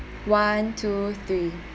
one two three